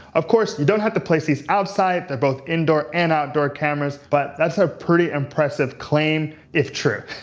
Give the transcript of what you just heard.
of course, you don't have to place these outside. they're both indoor and outdoor cameras. but that's a pretty impressive claim, if true,